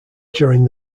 during